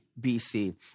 BC